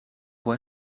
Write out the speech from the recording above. può